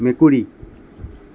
মেকুৰী